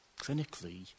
clinically